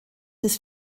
des